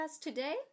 today